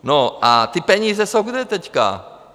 No a ty peníze jsou kde teďka?